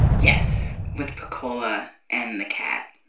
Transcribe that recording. yes with pakula and the cat